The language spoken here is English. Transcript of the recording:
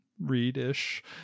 read-ish